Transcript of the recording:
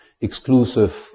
exclusive